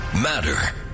matter